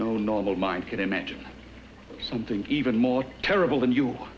no normal mind can imagine something even more terrible than you